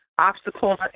obstacles